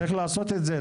צריך לעשות את זה,